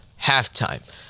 halftime